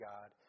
God